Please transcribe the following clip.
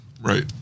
Right